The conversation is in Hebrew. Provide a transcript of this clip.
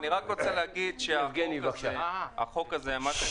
אני רק רוצה להגיד שהחוק הזה מה שאני